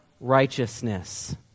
righteousness